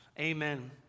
Amen